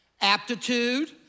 aptitude